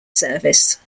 service